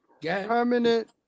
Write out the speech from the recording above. permanent